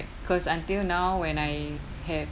cause until now when I have